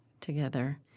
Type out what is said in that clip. together